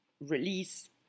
release